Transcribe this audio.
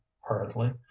hurriedly